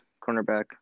cornerback